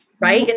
Right